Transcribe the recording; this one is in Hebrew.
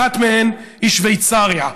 אחת מהן היא שוויצריה.